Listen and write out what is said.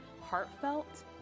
heartfelt